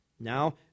Now